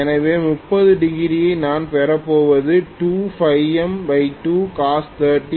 எனவே 30 டிகிரி யில் நான் பெறப்போவது 2m2cos 30 0